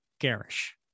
garish